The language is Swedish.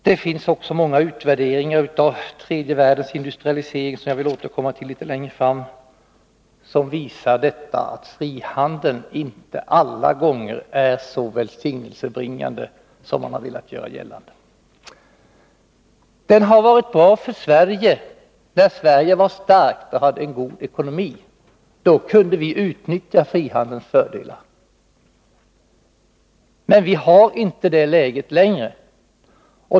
Det finns också många utvärderingar av tredje världens industrialisering, som jag vill återkomma till litet längre fram, vilka visar att frihandeln inte alla gånger är så välsignelsebringande som man har velat göra gällande. Frihandeln var bra för Sverige, när Sverige var starkt och hade en god ekonomi. Då kunde vi utnyttja frihandelns fördelar. Men vi har inte det läget längre.